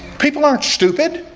people aren't stupid